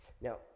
Now